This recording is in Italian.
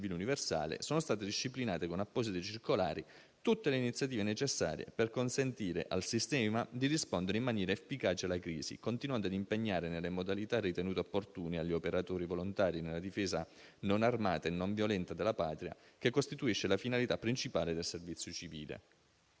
servizio civile universale, sono state disciplinate con apposite circolari tutte le iniziative necessarie per consentire al sistema di rispondere in maniera efficace alla crisi, continuando ad impegnare, nelle modalità ritenute opportune dagli operatori volontari della difesa non armata e non violenta della Patria, che costituisce la finalità principale del servizio civile.